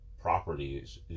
properties